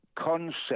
concept